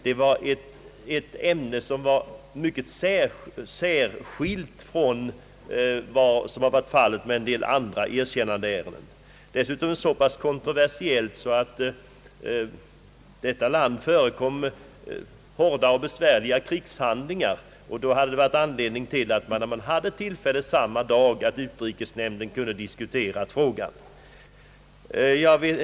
Det bör också sägas att detta var ett från en del andra erkännandeärenden mycket avvikande ärende. Vidare var det kontroversiellt så till vida att i detta land förekommer hårda och besvärliga krigshandlingar. Därför hade det funnits anledning — när tillfälle därtill gavs samma dag — att diskutera frågan i utrikesnämnden.